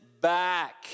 back